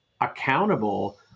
accountable